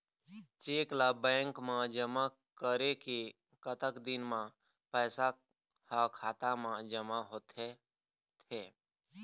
Cheque ला bank मा जमा करे के कतक दिन मा पैसा हा खाता मा जमा होथे थे?